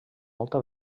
molta